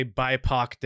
bipoc